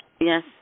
Yes